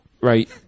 Right